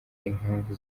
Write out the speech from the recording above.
impamvu